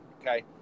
okay